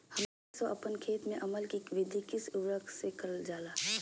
हमने सब अपन खेत में अम्ल कि वृद्धि किस उर्वरक से करलजाला?